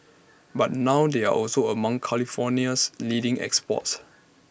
but now they are also among California's leading exports